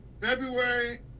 February